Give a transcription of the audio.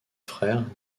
frère